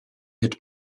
had